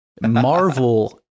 marvel